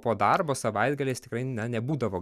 po darbo savaitgaliais tikrai ne nebūdavo